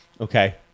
okay